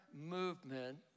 movement